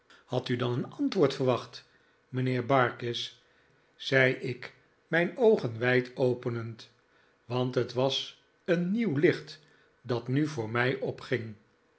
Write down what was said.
had u dan een antwoord verwacht mijnheer barkis zei ik mijn oogen wijd openend want het was een nieuw licht dat nu voor mij opging